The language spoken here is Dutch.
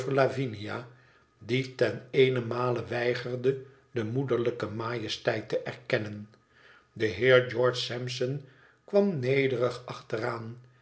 die ten eenenmale weigerde de moederlijke majesteit te erkennen de heer george sampson kwam nederig achteraan